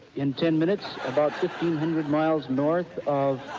in ten minutes, about one hundred miles north of